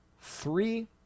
three